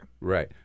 Right